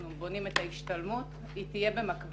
אנחנו בונים את ההשתלמות, היא תהיה במקביל,